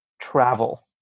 travel